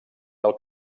del